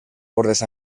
bordes